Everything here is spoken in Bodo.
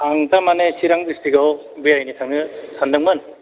आं थारमाने चिरां डिस्ट्रिकआव बेरायनो थांनो सानदोंमोन